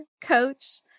coach